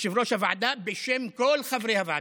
יושב-ראש הוועדה,